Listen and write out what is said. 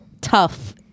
tough